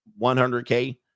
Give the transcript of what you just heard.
100K